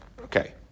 Okay